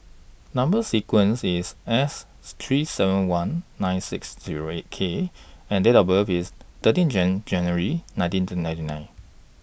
Number sequence IS S three seven one nine six Zero eight K and Date of birth IS thirteen June nineteen two ninety nine